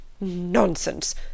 Nonsense